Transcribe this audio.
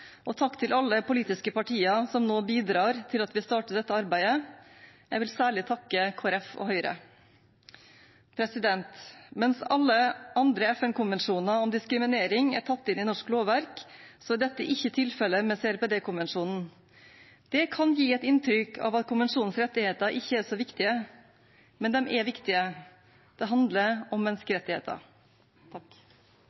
og takk til alle politiske partier som nå bidrar til at vi starter dette arbeidet. Jeg vil særlig takke Kristelig Folkeparti og Høyre. Mens alle andre FN-konvensjoner om diskriminering er tatt inn i norsk lovverk, er dette ikke tilfellet med CRPD-konvensjonen. Det kan gi et inntrykk av at konvensjonens rettigheter ikke er så viktige, men de er viktige. Det handler om